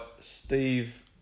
Steve